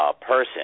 person